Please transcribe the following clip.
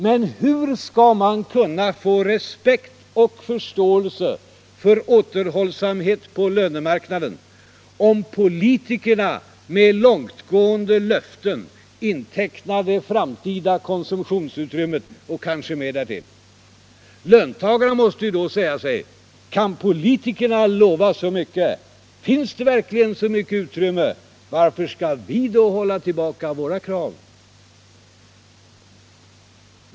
Men hur skall man kunna få respekt och förståelse för återhållsamhet på lönemarknaden om politikerna med långtgående löften intecknar det framtida konsumtionsutrymmet och kanske mer därtill? Löntagarna måste ju säga sig: Kan politikerna lova så mycket, finns det så mycket utrymme, varför skall då vi hålla tillbaka våra krav?